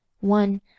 One